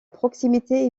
proximité